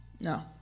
No